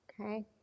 Okay